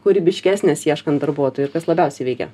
kūrybiškesnės ieškant darbuotojų ir kas labiausiai veikia